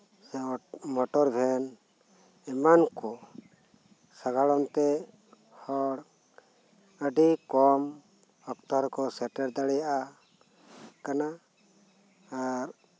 motor ᱵᱷᱮᱱ ᱮᱢᱟᱱᱠᱩ ᱥᱟᱜᱟᱲᱚᱢ ᱛᱮ ᱦᱚᱲ ᱟᱹᱰᱤ ᱠᱚᱢ ᱚᱠᱛᱚ ᱨᱮᱠᱩ ᱥᱮᱴᱮᱨ ᱫᱟᱲᱮᱭᱟᱜ ᱠᱟᱱᱟ ᱟᱨ